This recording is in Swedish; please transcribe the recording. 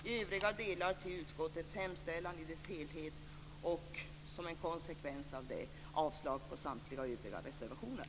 I övriga delar yrkar jag bifall till utskottets hemställan i dess helhet och som en konsekvens av det avslag på samtliga övriga reservationer.